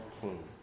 King